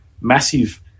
massive